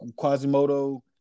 Quasimodo